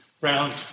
round